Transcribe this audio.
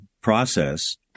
process